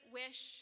wish